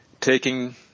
taking